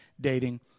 dating